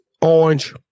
orange